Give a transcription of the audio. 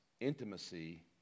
intimacy